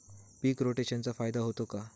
पीक रोटेशनचा फायदा होतो का?